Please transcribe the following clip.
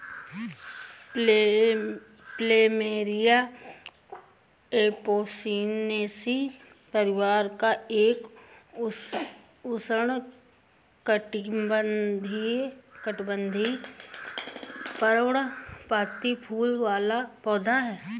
plumeria Apocynaceae परिवार का एक उष्णकटिबंधीय, पर्णपाती फूल वाला पौधा है